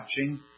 watching